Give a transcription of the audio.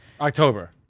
october